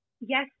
Yes